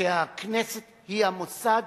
שכן הכנסת היא המוסד